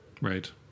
Right